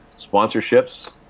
sponsorships